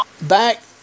back